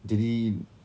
jadi